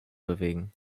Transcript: bewegen